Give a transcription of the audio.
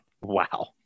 Wow